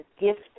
gift